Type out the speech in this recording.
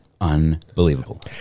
unbelievable